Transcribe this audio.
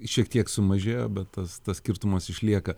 šiek tiek sumažėjo bet tas skirtumas išlieka